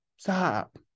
Stop